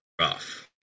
rough